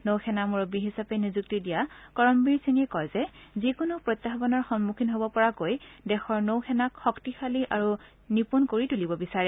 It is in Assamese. নৌ সেনা মূৰববী হিচাপে নিযুক্তি দিয়াৰ কৰমবীৰ সিঙে কয় যে যিকোনো প্ৰত্যায়ানৰ সন্মুখীন হবপৰা কৈ দেশৰ নৌ সেনাক শক্তিশালী আৰু নিপূণ কৰি তুলিব বিচাৰে